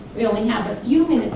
we only have a few